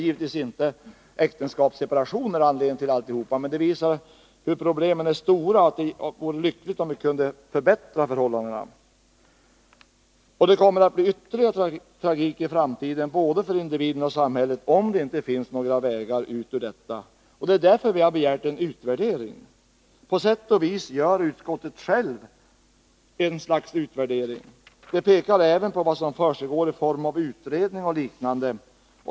Givetvis är inte äktenskapsseparation orsak till allt detta, men det visar hur stora problemen är och att det vore lyckligt om vi kunde förbättra förhållandena. Och det kommer att bli ytterligare tragik i framtiden både för individen och samhället, om vi inte kan finna vägar ut ur detta. Det är därför som vi har begärt en utvärdering. På sätt och vis gör utskottet ett slags utvärdering. Det pekar även på vad som försiggår i form av utredning och liknande.